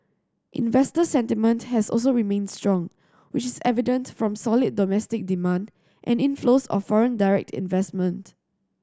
investor sentiment has also remained strong which is evident from solid domestic demand and inflows of foreign direct investment